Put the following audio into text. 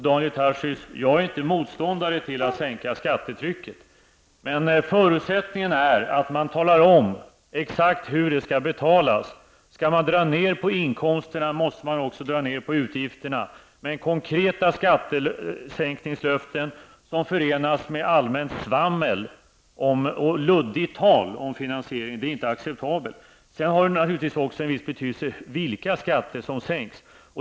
Daniel Tarschys, jag är inte motståndare till att sänka skattetrycket, men förutsättningen är att man talar om exakt hur det skall betalas. Skall man dra ned på inkomsterna, måste man också dra ned på utgifterna. Men konkreta skattesänkningslöften som förenas med allmänt svammel och luddigt tal om finansiering, är inte acceptabelt. Sedan har det naturligtvis också en viss betydelse vilka skatter som sänks.